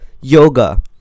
yoga